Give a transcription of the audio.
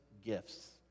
gifts